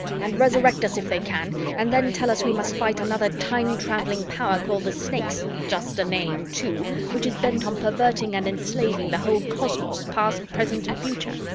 and resurrect us if they can and then tell us we must fight another time-traveling power called the snakes just a name, too which is bent on perverting and enslaving the whole cosmos, past, present and future.